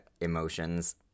emotions